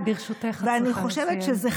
חברת הכנסת סטרוק, ברשותך, את צריכה לסיים.